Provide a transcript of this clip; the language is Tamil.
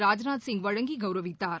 ராஜ்நாத்சிங் வழங்கி கௌரவித்தார்